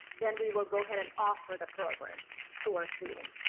then we will go ahead and offer the program to our students.